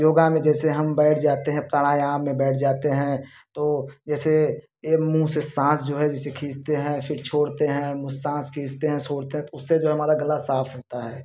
योगा में जैसे हम बैठ जाते हैं प्रणायाम में बैठ जाते हैं तो जैसे एक मुँह से साँस जो है जैसे खींचते हैं फिर छोड़ते हैं उस साँस खींचते हैं छोड़ते हैं उससे जो है हमरा गला साफ होता है